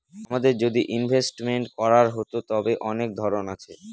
আমাদের যদি ইনভেস্টমেন্ট করার হতো, তবে অনেক ধরন আছে